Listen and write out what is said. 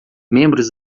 membros